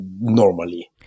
normally